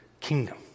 kingdom